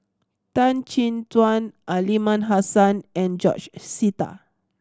Tan Chin Tuan Aliman Hassan and George Sita